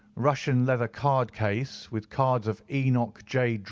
russian leather card-case, with cards of enoch j.